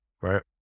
Right